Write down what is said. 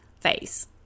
face